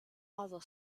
other